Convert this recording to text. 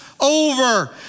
Over